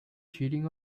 cheating